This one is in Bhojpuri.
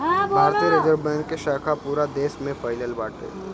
भारतीय रिजर्व बैंक के शाखा पूरा देस में फइलल बाटे